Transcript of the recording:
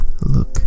look